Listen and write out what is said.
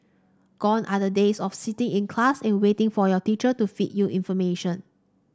gone are the days of sitting in class and waiting for your teacher to feed you information